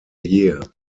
year